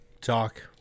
talk